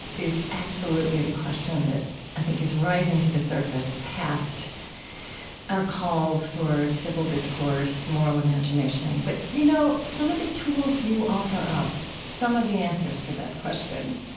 is absolutely the question that i think is rising to the surface past our calls for civil discourse, moral imagination. but you know some of the tools you offer up, some of the answers to that question,